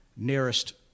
nearest